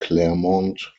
claremont